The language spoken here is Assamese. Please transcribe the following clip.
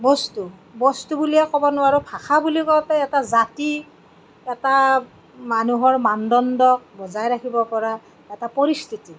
বস্তু বস্তু বুলিও ক'ব নোৱাৰোঁ ভাষা বুলি কওঁতে এটা জাতি এটা মানুহৰ মানদণ্ড বজাই ৰাখিব পৰা এটা পৰিস্থিতি